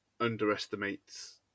underestimates